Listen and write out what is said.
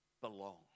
belong